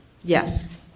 yes